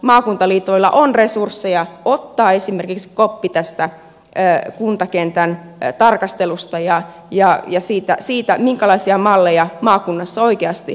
maakuntaliitoilla on resursseja ottaa koppi esimerkiksi tästä kuntakentän tarkastelusta ja siitä minkälaisia malleja maakunnassa oikeasti nyt kaivataan